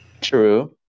true